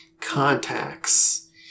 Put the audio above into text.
Contacts